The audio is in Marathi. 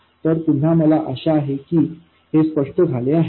तर पुन्हा मला आशा आहे की हे स्पष्ट झाले आहे